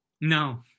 No